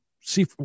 See